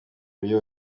buryo